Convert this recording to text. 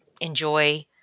enjoy